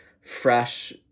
fresh